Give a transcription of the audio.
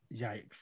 yikes